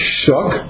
shook